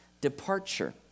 departure